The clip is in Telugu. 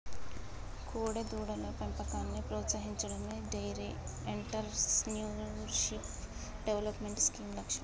కోడెదూడల పెంపకాన్ని ప్రోత్సహించడమే డెయిరీ ఎంటర్ప్రెన్యూర్షిప్ డెవలప్మెంట్ స్కీమ్ లక్ష్యం